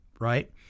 right